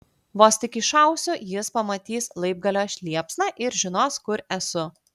vos tik iššausiu jis pamatys laibgalio liepsną ir žinos kur esu